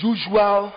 Usual